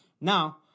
Now